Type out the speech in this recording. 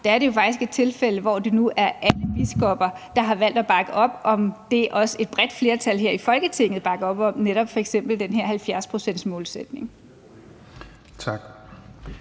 frem, er jo faktisk et tilfælde, hvor det nu er alle biskopper, der har valgt at bakke op om det, som også et bredt flertal her i Folketinget bakker op om, nemlig f.eks. den her 70-procentsmålsætning. Kl.